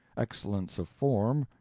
excellence of form,